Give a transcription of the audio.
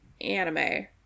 anime